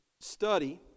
study